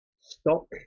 Stock